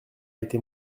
été